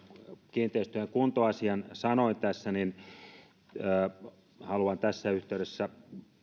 kiinteistöjenkuntoasian sanoin tässä niin haluan tässä yhteydessä